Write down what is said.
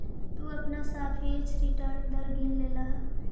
तु अपना सापेक्ष रिटर्न दर गिन लेलह